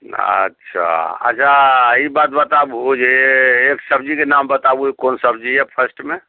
अच्छा अच्छा ई बात बताबु जे एक सबजीके नाम बताबू कोन सबजी यऽ फर्स्टमे